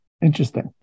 Interesting